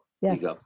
Yes